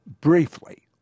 Briefly